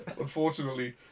Unfortunately